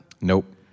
Nope